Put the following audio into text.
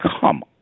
come